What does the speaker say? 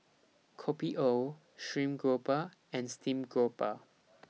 Kopi O Stream Grouper and Steamed Grouper